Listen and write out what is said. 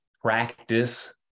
Practice